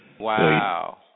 Wow